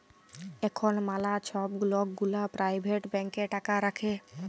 এখল ম্যালা ছব লক গুলা পারাইভেট ব্যাংকে টাকা রাখে